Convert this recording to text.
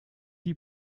die